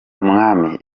umwami